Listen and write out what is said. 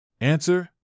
Answer